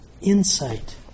insight